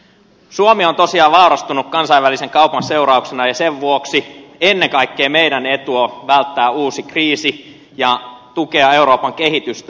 suomi on tosiaan vaurastunut kansainvälisen kaupan seurauksena ja sen vuoksi ennen kaikkea meidän etumme on välttää uusi kriisi ja tukea euroopan kehitystä